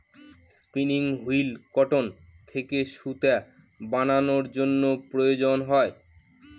spinning wheel cotton থেকে সুতা বানানোর জন্য প্রয়োজন হয়